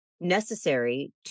necessary